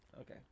Okay